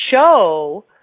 show